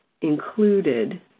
included